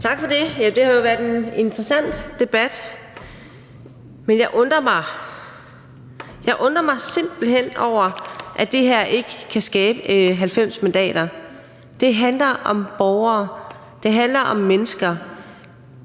Tak for det. Det har jo været en interessant debat. Men jeg undrer mig. Jeg undrer mig simpelt hen over, at det her ikke kan få 90 mandater – det handler om borgere; det handler om mennesker